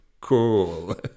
Cool